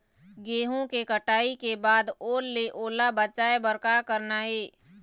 गेहूं के कटाई के बाद ओल ले ओला बचाए बर का करना ये?